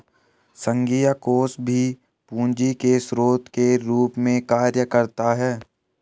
संघीय कोष भी पूंजी के स्रोत के रूप में कार्य करता है